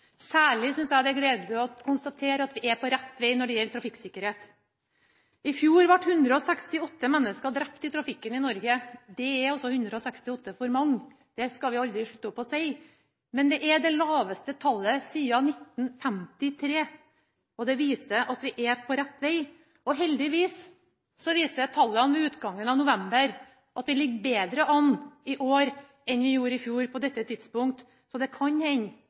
Særlig synes jeg det er gledelig å konstatere at vi er på rett veg når det gjelder trafikksikkerhet. I fjor ble 168 mennesker drept i trafikken i Norge. Det er 168 for mange – det skal vi aldri slutte å si – men det er det laveste tallet siden 1953. Det viser at vi er på rett veg. Og heldigvis viser tallene ved utgangen av november at vi ligger bedre an i år enn vi gjorde i fjor på dette tidspunkt. Så det kan hende